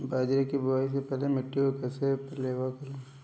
बाजरे की बुआई से पहले मिट्टी को कैसे पलेवा करूं?